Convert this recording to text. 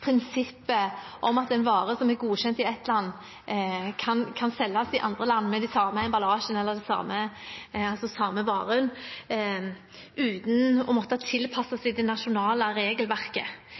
prinsippet om at en vare som er godkjent i ett land, kan selges i andre land med samme emballasje, altså samme vare, uten å måtte tilpasses det nasjonale regelverket.